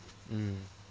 mm